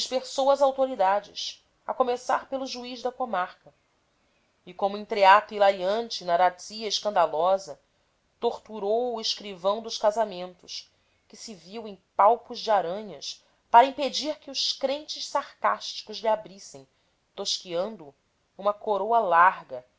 as autoridades a começar pelo juiz da comarca e como entreato hilariante na razzia escandalosa torturou o escrivão dos casamentos que se viu em palpos de aranha para impedir que os crentes sarcásticos lhe abrissem tosquiando o uma coroa larga